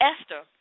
Esther